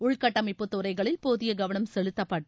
உள்கட்டமைப்புத் துறைகளில் போதியகவளம் செலுத்தப்பட்டு